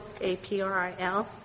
A-P-R-I-L